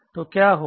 तो क्या होगा